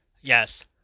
Yes